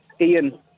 Ian